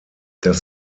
das